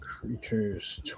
Creatures